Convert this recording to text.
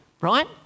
right